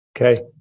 Okay